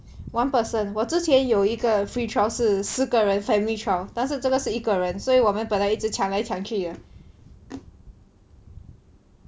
one person 我之前有一个 free trial 是四个人 family trial 但是这个是一个人所以我们本来一直抢来抢去的